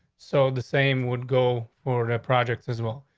so the same would go for the projects as well.